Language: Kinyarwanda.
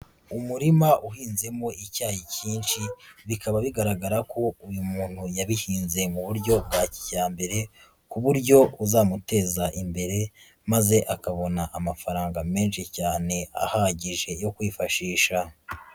Umurima uhinzemo icyayi cyinshi, bikaba bigaragara ko uyu muntu yabihinze mu buryo bwa kijyambere, ku buryo buzamuteza imbere maze akabona amafaranga menshi cyane ahagije yo kwifashisha.